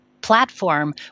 platform